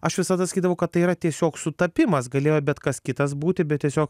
aš visada sakydavau kad tai yra tiesiog sutapimas galėjo bet kas kitas būti bet tiesiog